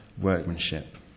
workmanship